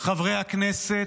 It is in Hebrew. חברי הכנסת,